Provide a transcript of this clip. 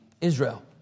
Israel